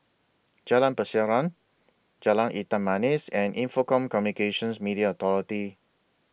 Jalan Pasiran Jalan Hitam Manis and Info Communications Media Authority